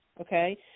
okay